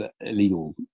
illegal